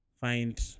find